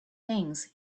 things